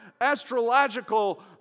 astrological